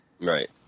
Right